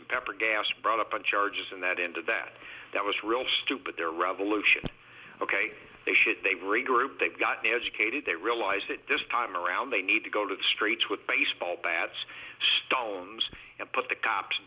and pepper gas brought up on charges and that ended that that was real stupid their revolution ok they said they were a group that got me educated they realize that this time around they need to go to the streets with baseball bats stones and put the cops